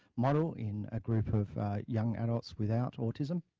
model in a group of young adults without autism.